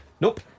Nope